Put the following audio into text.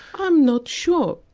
i'm not sure.